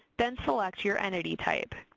then select your entity type.